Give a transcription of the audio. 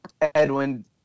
Edwin